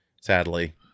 Sadly